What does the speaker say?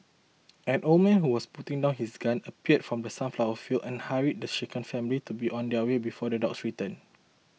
an old man who was putting down his gun appeared from the sunflower fields and hurried the shaken family to be on their way before the dogs return